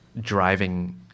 driving